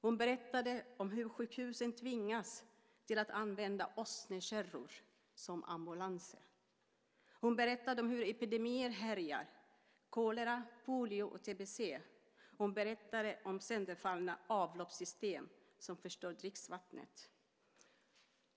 Hon berättade om hur sjukhusen tvingas att använda åsnekärror som ambulanser. Hon berättade om hur epidemier härjar, kolera, polio och tbc. Hon berättade om sönderfallna avloppssystem som förstör dricksvattnet.